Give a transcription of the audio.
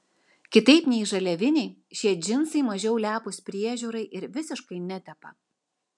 kitaip nei žaliaviniai šie džinsai mažiau lepūs priežiūrai ir visiškai netepa